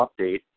update